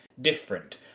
different